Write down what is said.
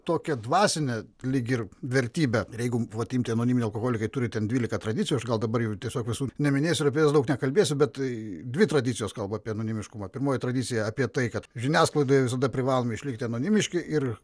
tokią dvasinę lyg ir vertybę ir jeigu vat imti anoniminiai alkoholikai turi ten dvylika tradicijų aš gal dabar jau tiesiog visų neminėsiu ir apie jas daug nekalbėsiu bet tai dvi tradicijos kalba apie anonimiškumą pirmoji tradicija apie tai kad žiniasklaidoje visada privalome išlikti anonimiški ir